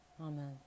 Amen